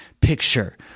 picture